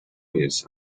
minutes